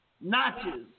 notches